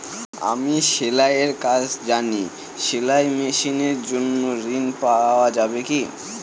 আমি সেলাই এর কাজ জানি সেলাই মেশিনের জন্য ঋণ পাওয়া যাবে কি?